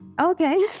okay